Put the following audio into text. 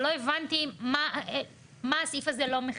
אבל לא הבנתי מה הסעיף הזה לא מכסה.